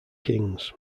kings